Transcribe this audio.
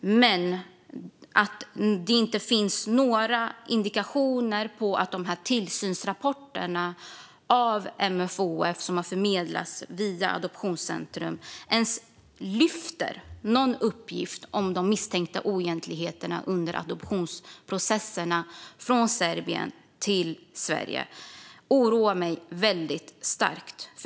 Men att det inte finns några indikationer på att MFoF:s tillsynsrapporter om adoptioner som har förmedlats via Adoptionscentrum ens lyfter någon uppgift om de misstänkta oegentligheterna under adoptionsprocesserna vid adoptioner från Serbien till Sverige oroar mig väldigt starkt.